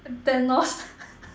Thanos